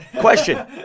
Question